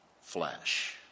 flesh